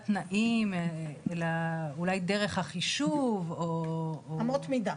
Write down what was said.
"תנאים" אולי "דרך החישוב" או "אמות המידה".